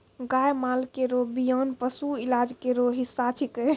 गाय माल केरो बियान पशु इलाज केरो हिस्सा छिकै